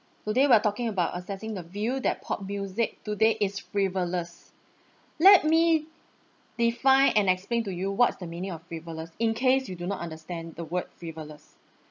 today we are talking about assessing the view that pop music today is frivolous let me define and explain to you what's the meaning of frivolous in case you do not understand the word frivolous